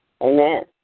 Amen